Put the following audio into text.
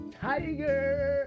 Tiger